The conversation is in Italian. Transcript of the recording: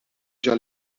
già